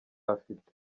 afite